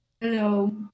Hello